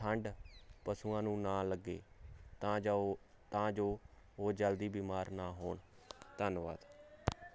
ਠੰਡ ਪਸੂਆਂ ਨੂੰ ਨਾ ਲੱਗੇ ਤਾਂ ਜਾਓ ਤਾਂ ਜੋ ਉਹ ਜਲਦੀ ਬਿਮਾਰ ਨਾ ਹੋਣ ਧੰਨਵਾਦ